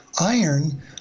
Iron